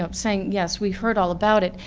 ah saying yes we've heard all about it,